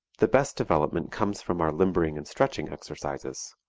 the best development comes from our limbering and stretching exercises.